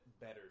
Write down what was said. better